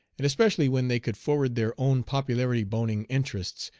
and especially when they could forward their own popularity-boning interests,